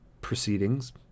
proceedings